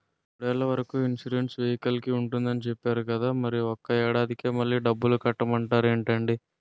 మూడేళ్ల వరకు ఇన్సురెన్సు వెహికల్కి ఉంటుందని చెప్పేరు కదా మరి ఒక్క ఏడాదికే మళ్ళి డబ్బులు కట్టమంటారేంటండీ?